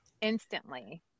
instantly